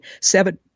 seven